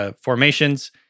formations